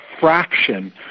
fraction